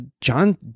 John